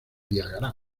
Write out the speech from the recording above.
diagramas